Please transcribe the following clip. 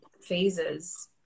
phases